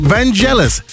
Vangelis